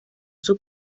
sus